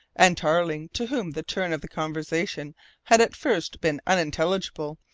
and tarling, to whom the turn of the conversation had at first been unintelligible,